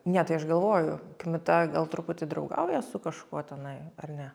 ne tai aš galvoju kmita gal truputį draugauja su kažkuo tenai ar ne